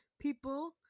people